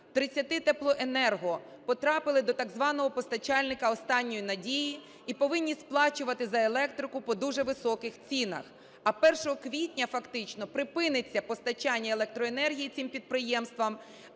30 теплоенерго потрапили до так званого постачальника "останньої надії" і повинні сплачувати за електрику по дуже високих цінах, а 1 квітня фактично припиниться постачання електроенергії цим підприємствам,